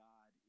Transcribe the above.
God